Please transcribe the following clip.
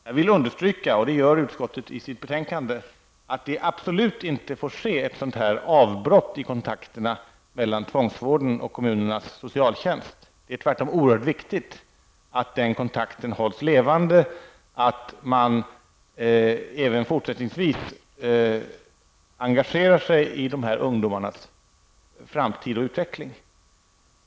Jag vill understryka, vilket utskottet också gör i sitt betänkande, att det absolut inte får bli något avbrott i kontakterna mellan tvångsvården och kommunernas socialtjänst. Det är tvärtom oehört viktigt att den kontakten hålls levande och att man även fortsättningsvis engagerar sig i ungdomarnas framtid och utveckling.